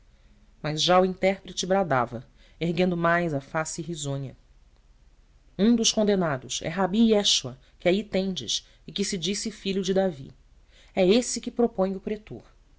mas já o intérprete bradava erguendo mais a face risonha um dos condenados é rabi jeschoua que aí tendes e que se disse filho de davi é esse que propõe o pretor